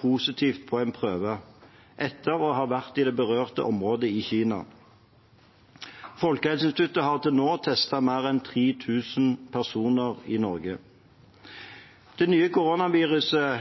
positivt på en prøve etter å ha vært i det berørte området i Kina. Folkehelseinstituttet har til nå testet mer enn 3 000 personer i Norge. Det nye koronaviruset